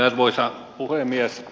arvoisa puhemies